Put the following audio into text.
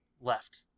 left